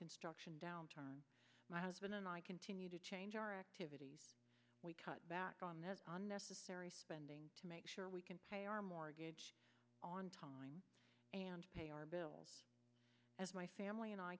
construction downturn my husband and i continue to change our activities we cut back on the necessary spending to make sure we can pay our mortgage on time and pay our bills as my family and i